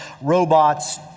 robots